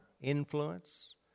influence